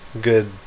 Good